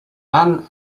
anne